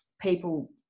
people